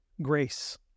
grace